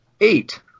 Eight